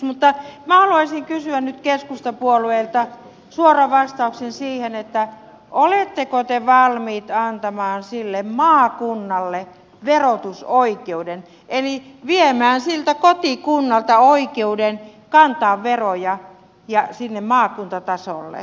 minä haluaisin kysyä nyt keskustapuolueelta saada suoran vastauksen siihen oletteko te valmiit antamaan maakunnalle verotusoikeuden eli viemään siltä kotikunnalta oikeuden kantaa veroja sinne maakuntatasolle